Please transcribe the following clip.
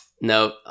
No